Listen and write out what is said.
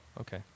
okay